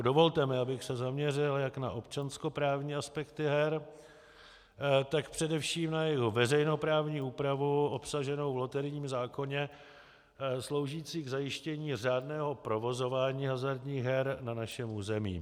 Dovolte mi, abych se zaměřil jak na občanskoprávní aspekty her, tak především na jejich veřejnoprávní úpravu obsaženou v loterijním zákoně, sloužící k zajištění řádného provozování hazardních her na našem území.